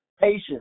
patience